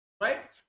Right